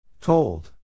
Told